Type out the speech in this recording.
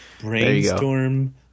brainstorm